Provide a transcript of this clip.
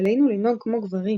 עלינו לנהוג כמו גברים.